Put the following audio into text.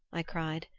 i cried.